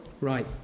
Right